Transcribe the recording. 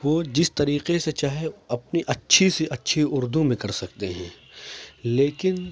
وہ جس طریقے سے چاہے اپنی اچھی سی اچھی اردو میں کر سکتے ہیں لیکن